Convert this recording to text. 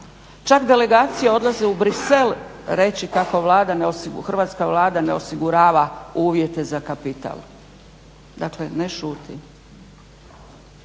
čak delegacije odlaze u Bruxelles reći kako Hrvatska Vlada ne osigurava uvjete za kapital. Dakle, ne šuti.